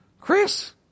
Chris